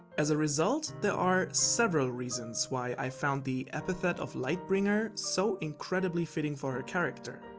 as a result, there are several reasons why i've found the epithet of light bringer so incredibly fitting for her character.